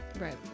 Right